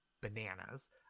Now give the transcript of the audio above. bananas